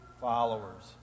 followers